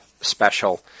special